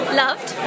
loved